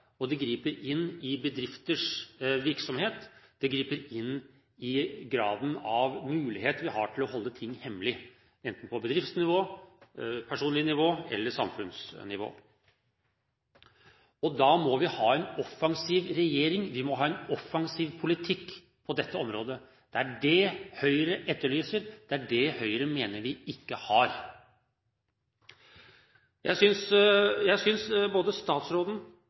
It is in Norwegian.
det griper inn i bedrifters virksomhet, og det griper inn i graden av mulighet vi har for å holde ting hemmelig, enten det er på bedriftsnivå, personlig nivå eller samfunnsnivå. Da må vi ha en offensiv regjering. Vi må ha en offensiv politikk på dette området. Det er det Høyre etterlyser, og det er det Høyre mener vi ikke har. Jeg synes både statsråden